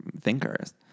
thinkers